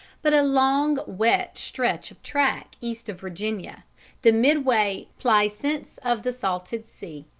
but a long wet stretch of track east of virginia the midway plaisance of the salted sea.